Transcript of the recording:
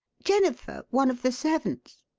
jennifer one of the servants.